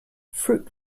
fruit